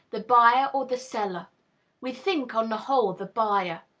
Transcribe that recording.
the buyer or the seller we think, on the whole, the buyer.